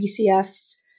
BCF's